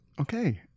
Okay